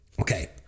okay